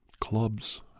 clubs